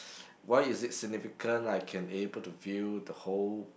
why is it significant I can able to view the whole